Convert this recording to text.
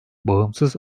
bağımsız